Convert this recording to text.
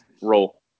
roll